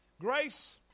Grace